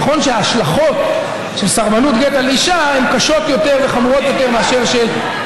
נכון שההשלכות של סרבנות גט על אישה הן קשות יותר וחמורות יותר מאשר על,